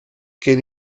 gen